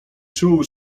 czuł